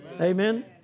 Amen